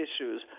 issues